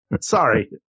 Sorry